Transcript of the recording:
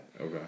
Okay